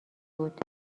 بود